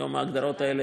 היום ההגדרות האלה